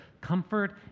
comfort